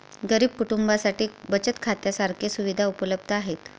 गरीब कुटुंबांसाठी बचत खात्या सारख्या सुविधा उपलब्ध आहेत